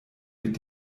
mit